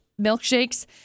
milkshakes